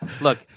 Look